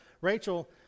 Rachel